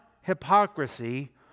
hypocrisy